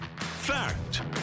Fact